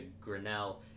Grinnell